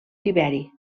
tiberi